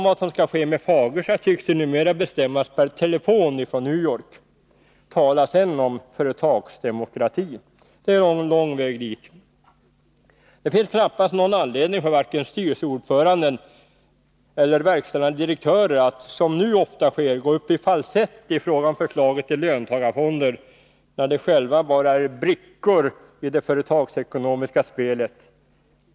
Vad som skall ske med Fagersta tycks numera bestämmas per telefon från New York. Tala sedan om företagsdemokrati. Det är lång väg dit. Det finns knappast någon anledning vare sig för styrelseordförande eller verkställande direktörer att som nu ofta sker gå upp i falsett i fråga om förslaget till löntagarfonder, när de själva bara är brickor i det företagsekonomiska spelet.